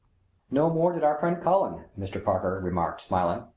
no more did our friend cullen, mr. parker remarked, smiling.